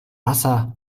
wasser